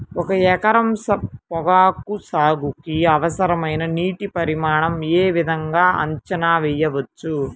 ఒక ఎకరం పొగాకు సాగుకి అవసరమైన నీటి పరిమాణం యే విధంగా అంచనా వేయవచ్చు?